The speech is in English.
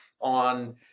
on